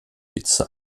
witze